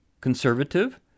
conservative